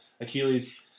Achilles